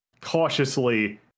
cautiously